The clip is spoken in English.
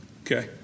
okay